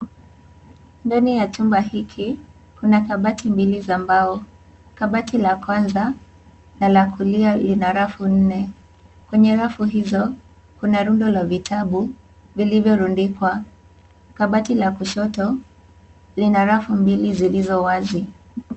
Ndani ya chumba hiki, kuna kabati mbili za mbao. Kabati la kwanza na la kulia lina rafu nne. Kwenye rafu hizo, kuna rundo la vitabu vilivyorundika. Kabati la kushoto lina rafu mbili zilizo wazi.